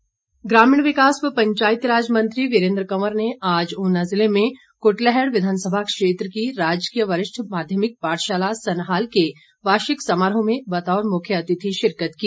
वीरेंद्र कवंर ग्रामीण विकास व पंचायती राज मंत्री वीरेंद्र कंवर ने आज ऊना जिले में कुटलैहड़ विधानसभा क्षेत्र की राजकीय वरिष्ठ माध्यमिक पाठशाला सन्हाल के वार्षिक समारोह में बतौर मुख्य अतिथि शिरकत की